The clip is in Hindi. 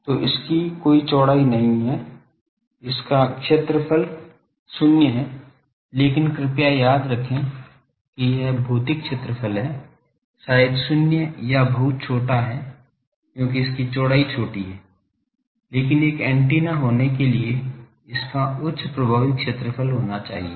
तो इसकी कोई चौड़ाई नहीं है इसका क्षेत्रफल शून्य है लेकिन कृपया याद रखें कि यह भौतिक क्षेत्रफल है शायद शून्य या बहुत छोटा है क्योंकि इसकी चौड़ाई छोटी है लेकिन एक एंटीना होने के लिए इसका उच्च प्रभावी क्षेत्रफल होना चाहिए